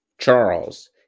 Charles